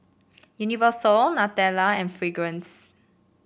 Universal Nutella and Fragrance